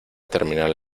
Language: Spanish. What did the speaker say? terminal